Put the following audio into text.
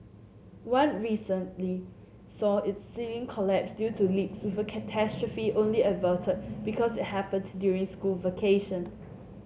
one recently saw its ceiling collapse due to leaks with a catastrophe only averted because it happened to during school vacation